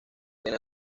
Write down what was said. tiene